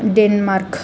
Denmark